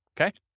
Okay